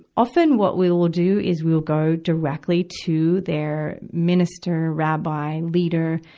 often what we will do is we will go directly to their minister, rabbi, leader,